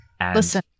Listen